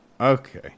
Okay